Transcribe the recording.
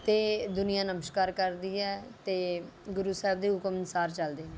ਅਤੇ ਦੁਨੀਆਂ ਨਮਸਕਾਰ ਕਰਦੀ ਹੈ ਅਤੇ ਗੁਰੂ ਸਾਹਿਬ ਦੇ ਹੁਕਮ ਅਨੁਸਾਰ ਚੱਲਦੀ ਹੈ